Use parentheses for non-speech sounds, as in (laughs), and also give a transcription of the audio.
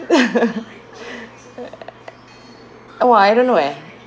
(laughs) oh I don't know eh